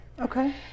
Okay